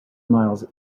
miles